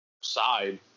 side